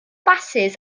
basys